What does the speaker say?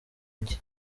iki